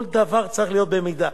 כל דבר צריך להיות במידה.